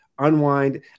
unwind